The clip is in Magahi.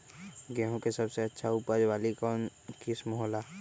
गेंहू के सबसे अच्छा उपज वाली कौन किस्म हो ला?